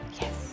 Yes